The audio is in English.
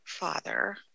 Father